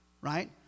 right